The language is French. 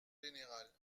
générale